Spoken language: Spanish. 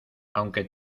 aunque